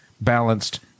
balanced